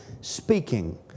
speaking